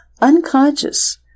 unconscious